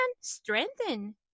strengthen